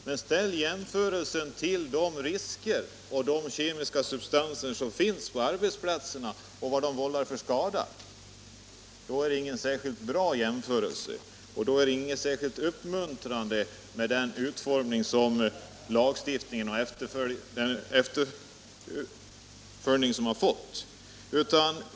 Men om man i stället jämför de risker och de kemiska substanser som finns på arbetsplatserna och de skador dessa vållar, så är det ingen bra jämförelse och inget uppmuntrande med lagstiftningen och den uppföljning som den har fått.